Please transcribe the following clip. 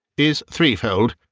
is threefold.